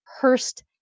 Hurst